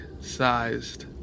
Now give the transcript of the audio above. sized